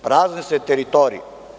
Prazne se teritorije.